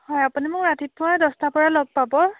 হয় আপুনি মোক ৰাতিপুৱা দহটাৰ পৰায়ে লগ পাব